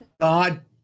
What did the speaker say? God